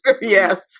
Yes